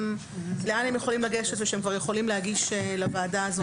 לאן הם יכולים לגשת ושהם כבר יכולים להגיש לוועדה הזאת.